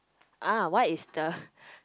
ah what is the